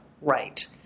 right